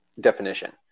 definition